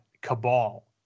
cabal